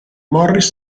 morris